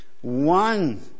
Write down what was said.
one